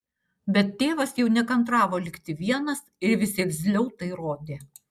bet tėvas jau nekantravo likti vienas ir vis irzliau tai rodė